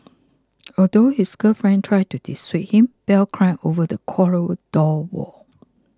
although his girlfriend tried to dissuade him Bell climbed over the corridor wall